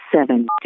seven